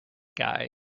guy